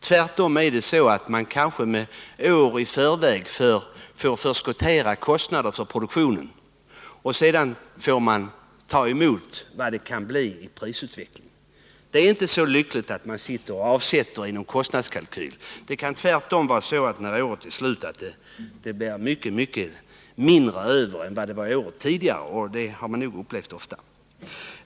Tvärtom måste man kanske år i förväg förskottera kostnader för produktionen, och sedan får man ta emot vad det kan bli i prisutveckling. Det är inte så lyckligt att man avsätter i någon kostnadskalkyl. Det kan tvärtom vara så att när året är slut blir det mycket mindre över än det var året före. Det har man nog upplevt ofta.